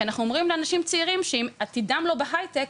כי אנחנו אומרים לאנשים צעירים שאם עתידם לא בהיי-טק,